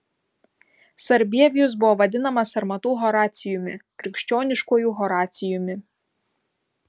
sarbievijus buvo vadinamas sarmatų horacijumi krikščioniškuoju horacijumi